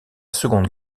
seconde